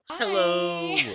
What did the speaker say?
Hello